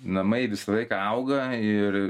namai visą laiką auga ir